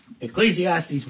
Ecclesiastes